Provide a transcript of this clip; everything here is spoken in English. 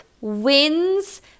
wins